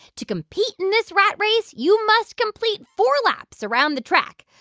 to compete in this rat race, you must complete four laps around the track.